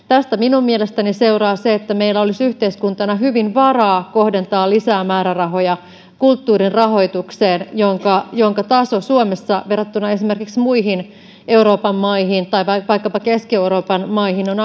tästä minun mielestäni seuraa se että meillä olisi yhteiskuntana hyvin varaa kohdentaa lisää määrärahoja kulttuurin rahoitukseen jonka jonka taso suomessa verrattuna esimerkiksi muihin euroopan maihin tai vaikkapa keski euroopan maihin on